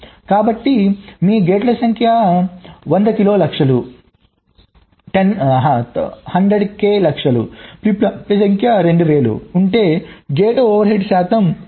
కాబట్టి మీ గేట్ల సంఖ్య 100 కిలో లక్షలు ఫ్లిప్ ఫ్లాప్ల సంఖ్య 2000 ఉంటే గేట్ ఓవర్ హెడ్ శాతం 6